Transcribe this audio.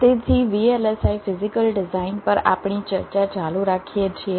તેથી VLSI physical design પર આપણી ચર્ચા ચાલુ રાખીએ છીએ